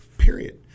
period